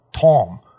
Tom